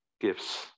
gifts